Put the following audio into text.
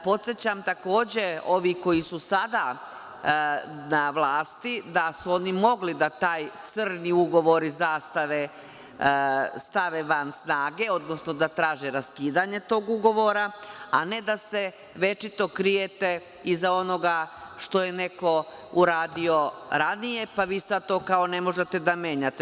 Podsećam takođe ove koji su sada na vlasti da su oni mogli da taj crni ugovor iz „Zastave“ stave van snage, odnosno da traže raskidanje tog ugovora, a ne da se večito krijete iza onoga što je neko uradio ranije, pa vi sad to kao ne možete da menjate.